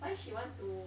why she you want to